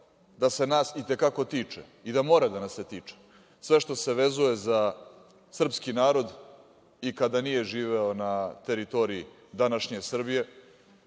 da se nas i te kako tiče i da mora da nas se tiče sve što se vezuje za srpski narod i kada nije živeo na teritoriji današnje Srbije,